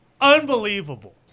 unbelievable